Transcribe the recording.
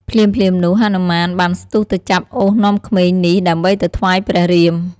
ភ្លាមៗនោះ ហនុមានបានស្ទុះទៅចាប់អូសនាំក្មេងនេះដើម្បីទៅថ្វាយព្រះរាម។